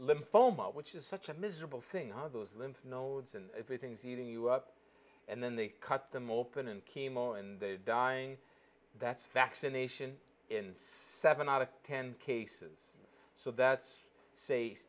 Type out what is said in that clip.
lymphoma which is such a miserable thing are those lymph nodes and everything's eating you up and then they cut them open and chemo and that's vaccination in seven out of ten cases so that's say